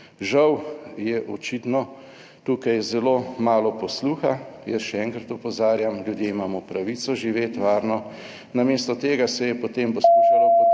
Žal je očitno tukaj zelo malo posluha. Jaz še enkrat opozarjam, ljudje imamo pravico živeti varno. Namesto tega se je potem… /znak za konec